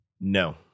No